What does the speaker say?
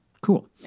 Cool